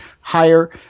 higher